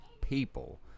people